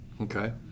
Okay